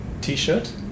t-shirt